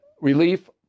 relief